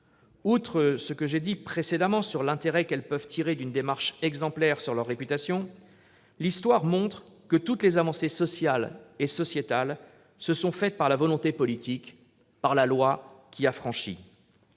Outre ce que j'ai dit précédemment sur l'intérêt pour leur réputation qu'elles peuvent tirer d'une démarche exemplaire, l'histoire montre que toutes les avancées sociales et sociétales se sont faites par la volonté politique, par la loi qui affranchit.